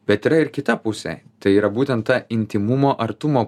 bet yra ir kita pusė tai yra būtent ta intymumo artumo